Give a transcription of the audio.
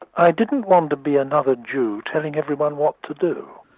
i didn't want to be another jew telling everyone what to do.